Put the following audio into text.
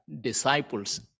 disciples